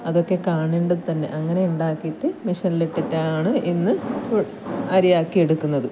അതൊക്കെ കാണേണ്ടത് തന്നെ അങ്ങനെ ഉണ്ടാക്കിയിട്ട് മിഷ്യനില് ഇട്ടിട്ടാണ് ഇന്ന് അരി ആക്കി എടുക്കുന്നത്